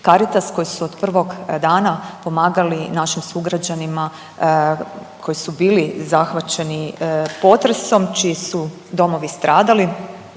Caritas koji su od prvog dana pomagali našim sugrađanima koji su bili zahvaćeni potresom čiji su domovi stradali,